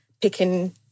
picking